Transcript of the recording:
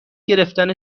گرفتن